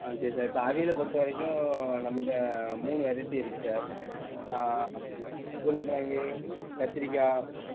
ஆ சரி சார் இப்போ அவியல் பொறுத்த வரைக்கும் நம்மள்ட்ட மூணு வெரைட்டி இருக்குது சார் உருளைக்கெலங்கு கத்திரிக்காய்